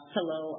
Hello